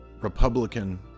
Republican